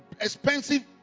expensive